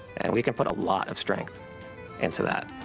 and we can put a lot of strength into that.